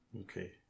Okay